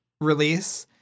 release